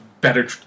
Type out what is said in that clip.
better